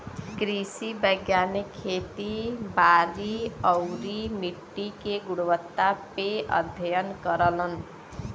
कृषि वैज्ञानिक खेती बारी आउरी मट्टी के गुणवत्ता पे अध्ययन करलन